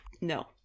no